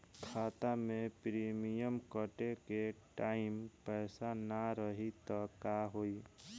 खाता मे प्रीमियम कटे के टाइम पैसा ना रही त का होई?